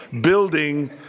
building